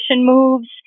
moves